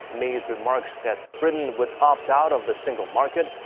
may's remarks that britain would opt out of the single market.